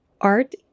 art